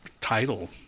title